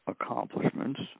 accomplishments